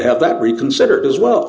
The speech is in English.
have that reconsidered as well